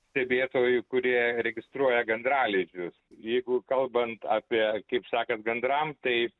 stebėtojai kurie registruoja gandralizdžius jeigu kalbant apie kaip sakant gandram tai